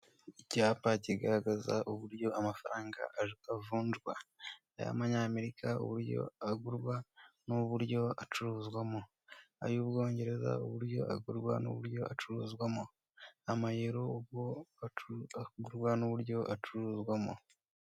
Icyapa kigaragaza uburyo amafaranga avunjwa, ay'Amanyamerika uburyo agurwa n'uburyo acuruzwamo, ay'Ubwongereza uburyo agurwa n'uburyo acuruzwamo, Amayero uburyo agurwa n'uburyo acuruzwamo.